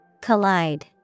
Collide